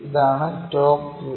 ഇതാണ് top view